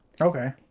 Okay